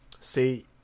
See